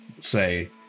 Say